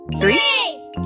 three